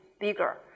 bigger